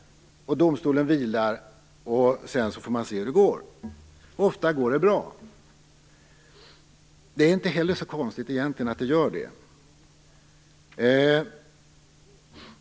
Domstolen vilar, och sedan får man se hur det går. Ofta går det bra. Det är egentligen inte så konstigt att det gör det.